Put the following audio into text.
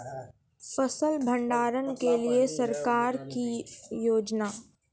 फसल भंडारण के लिए सरकार की योजना?